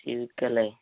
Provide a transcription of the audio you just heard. അല്ലേ